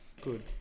Good